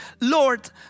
Lord